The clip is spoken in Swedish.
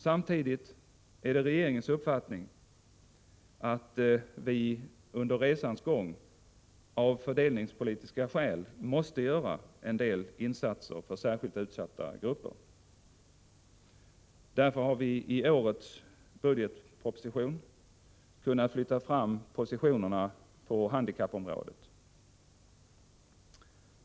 Samtidigt är det regeringens uppfattning att vi av fördelningspolitiska skäl måste göra en del insatser för särskilt utsatta grupper. Därför har vi i årets budgetproposition kunnat flytta fram positionerna på handikappområdet.